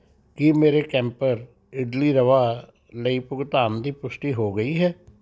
ਕੀ ਮੇਰੇ ਕੈਂਪਰ ਇਡਲੀ ਰਵਾ ਲਈ ਭੁਗਤਾਨ ਦੀ ਪੁਸ਼ਟੀ ਹੋ ਗਈ ਹੈ